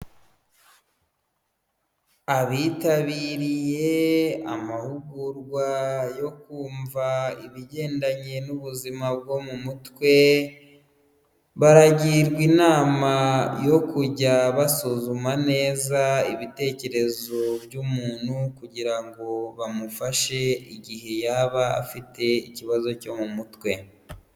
Abitabiriye amahugurwa yo kumva ibigendanye n'ubuzima bwo mu mutwe, baragirwa inama yo kujya basuzuma neza ibitekerezo by'umuntu kugira ngo bamufashe, igihe yaba afite ikibazo cyo mu mutwe.